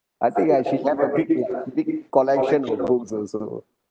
I think ah she have a big a big collection of books also